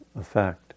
effect